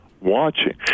watching